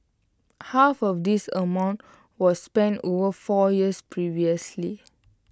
half of this amount was spent over four years previously